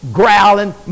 growling